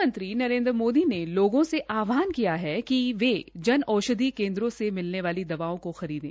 प्रधानमंत्री नरेन्द्र मोदी ने लोगों से आहवान किया है कि वे जन औषधि केन्द्रों से मिलने वाली दवाओं को खरीदें